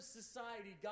society